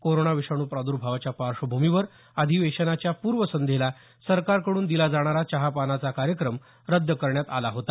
corona विषाणू प्रादुर्भावाच्या पार्श्वभूमीवर अधिवेशनाच्या पुर्वसंध्येला सरकारकडून दिला जाणारा चहापानाचा कार्यक्रम रद्द करण्यात आला होता